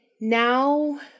now